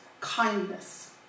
kindness